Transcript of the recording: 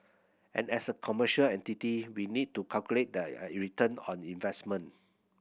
and as a commercial entity we need to calculate that I return on investment